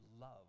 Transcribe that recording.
love